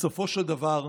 בסופו של דבר,